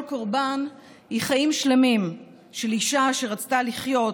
כל קורבן היא חיים שלמים של אישה שרצתה לחיות,